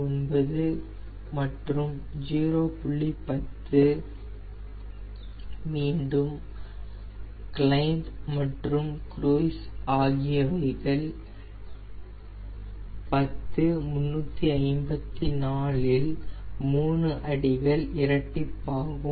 9 மற்றும் 10 மீண்டும் க்ளைம்ப் மற்றும் க்ரூய்ஸ் ஆகியவைகள் 10354 இல் 3 அடிகள் இரட்டிப்பாகும்